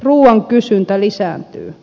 ruuan kysyntä lisääntyy